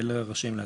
אלה רשאים להצביע.